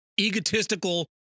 egotistical